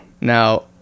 Now